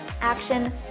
action